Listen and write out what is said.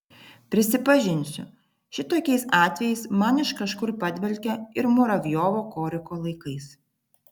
prisipažinsiu šitokiais atvejais man iš kažkur padvelkia ir muravjovo koriko laikais